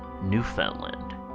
Newfoundland